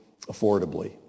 affordably